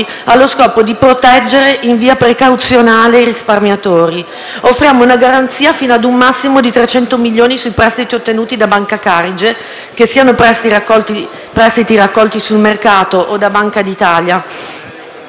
esaminiamo ha lo scopo di proteggere in via precauzionale i risparmiatori. Offriamo una garanzia fino ad un massimo di 300 milioni sui prestiti ottenuti da Banca Carige, che siano raccolti sul mercato o da Banca d'Italia.